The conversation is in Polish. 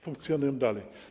Funkcjonują dalej.